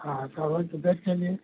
हाँ हाँ सागौन की बेड चाहिए